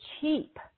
cheap